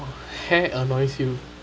hair annoys you